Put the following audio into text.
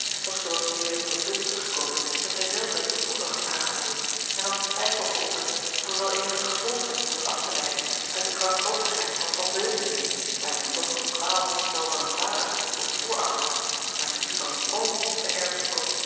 doch zij was nu weêr op een punt teruggekomen dat zij zelve vroeger had aangeroerd en had den twijfel geöpperd of er wel eenige gevolgtrekking was af te leiden uit de krankhoofdigheid van an euningen daar men toch een kwaal wel van een vader of voorouder maar niet van een oom